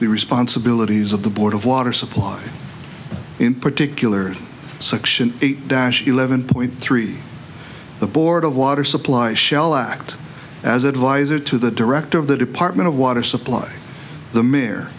the responsibilities of the board of water supply in particular section eight dash eleven point three the board of water supply shall act as advisor to the director of the department of water supply the mayor